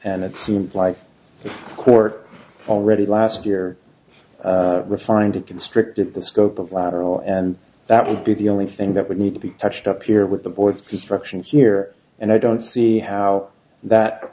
and it seems like the court already last year refined it constrictive the scope of lateral and that would be the only thing that would need to be touched up here with the board's construction here and i don't see how that